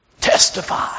Testify